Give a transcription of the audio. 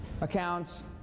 accounts